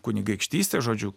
kunigaikštystė žodžiu